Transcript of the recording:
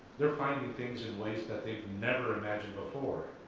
they're finding things in ways that they've never imagined before.